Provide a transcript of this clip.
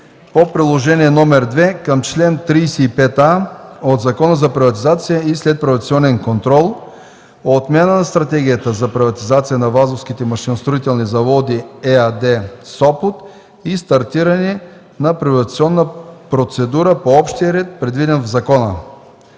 по Приложение № 2 към чл. 35а от Закона за приватизация и следприватизационен контрол, отмяна на Стратегията за приватизация на „Вазовски машиностроителни заводи” ЕАД – Сопот, и стартиране на приватизационна процедура по общия ред, предвиден в закона.